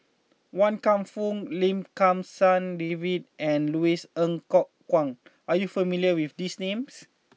Wan Kam Fook Lim Kim San David and Louis Ng Kok Kwang are you not familiar with these names